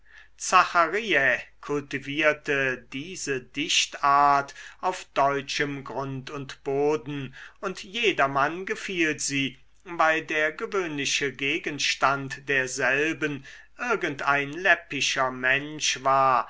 zachariä kultivierte diese dichtart auf deutschem grund und boden und jedermann gefiel sie weil der gewöhnliche gegenstand derselben irgend ein läppischer mensch war